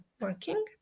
Working